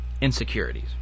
insecurities